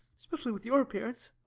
especially with your appearance.